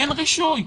אין רישוי,